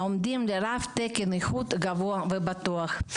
העומדים ברף תקן איכות גבוה ובטוח.